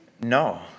No